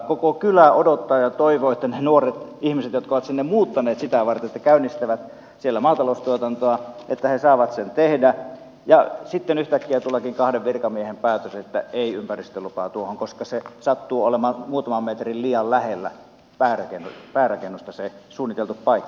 koko kylä odottaa ja toivoo että nuoret ihmiset jotka ovat sinne muuttaneet sitä varten että käynnistävät siellä maataloustuotantoa saavat sen tehdä ja sitten yhtäkkiä tuleekin kahden virkamiehen päätös että ei ympäristölupaa tuohon koska se sattuu olemaan muutaman metrin liian lähellä päärakennusta se suunniteltu paikka